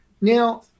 Now